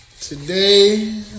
Today